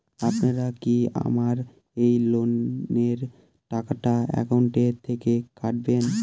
আপনারা কি আমার এই লোনের টাকাটা একাউন্ট থেকে কাটবেন?